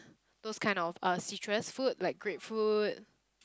those kind of uh citrus fruit like grapefruit